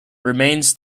remains